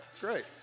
great